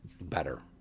better